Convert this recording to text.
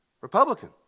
Republican